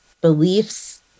beliefs